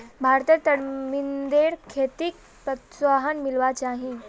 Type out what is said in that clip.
भारतत तरमिंदेर खेतीक प्रोत्साहन मिलवा चाही